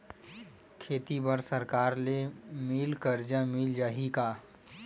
खेती बर सरकार ले मिल कर्जा मिल जाहि का?